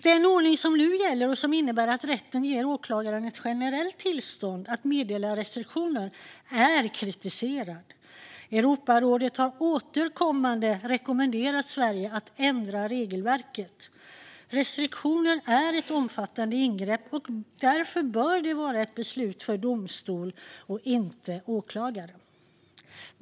Den ordning som nu gäller och som innebär att rätten ger åklagaren ett generellt tillstånd att meddela restriktioner är kritiserad. Europarådet har återkommande rekommenderat Sverige att ändra regelverket. Restriktioner är ett omfattande ingrepp, och därför bör det vara ett beslut för domstol och inte åklagare.